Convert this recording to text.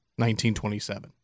1927